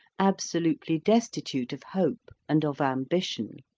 absolutely destitute of hope and of ambition,